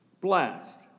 blessed